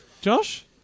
Josh